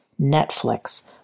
Netflix